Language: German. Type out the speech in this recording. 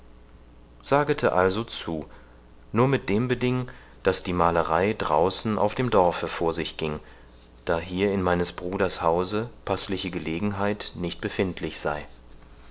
sagete also zu nur mit dem beding daß die malerei draußen auf dem dorfe vor sich ginge da hier in meines bruders hause paßliche gelegenheit nicht befindlich sei